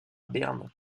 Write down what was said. berne